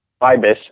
IBIS